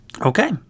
Okay